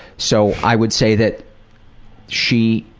so i would say that she